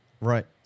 Right